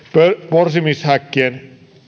porsimishäkkien